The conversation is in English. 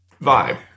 vibe